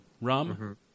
Rum